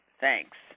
Thanks